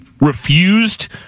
refused